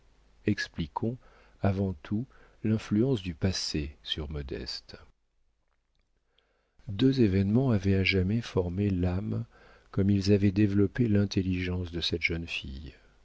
expliquons avant tout l'influence du passé sur modeste deux événements avaient à jamais formé l'âme comme ils avaient développé l'intelligence de cette jeune fille